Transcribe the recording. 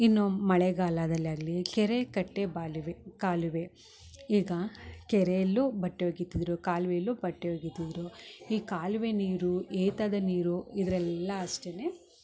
ಇನ್ನು ಮಳೆಗಾಲದಲ್ಲಾಗಲಿ ಕೆರೆ ಕಟ್ಟೆ ಬಾಲುವೆ ಕಾಲುವೆ ಈಗ ಕೆರೆಯಲ್ಲು ಬಟ್ಟೆ ಒಗಿತಿದ್ದರು ಕಾಲುವೆಯಲ್ಲೂ ಬಟ್ಟೆ ಒಗಿತಿದ್ದರು ಈ ಕಾಲುವೆ ನೀರು ಏತದ ನೀರು ಇವೆಲ್ಲ ಅಷ್ಟೆನೆ